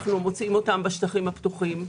אנחנו מוצאים אותם בשטחים הפתוחים,